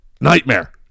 nightmare